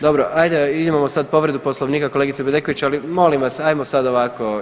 Dobro imamo sad povredu Poslovnika kolegice Bedeković, ali molim vas hajdemo sad ovako.